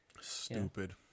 Stupid